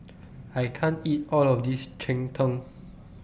I can't eat All of This Cheng Tng